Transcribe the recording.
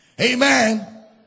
Amen